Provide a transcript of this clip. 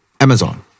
Amazon